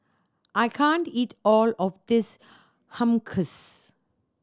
I can't eat all of this Hummus